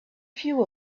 few